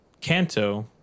Kanto